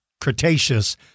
Cretaceous